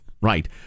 right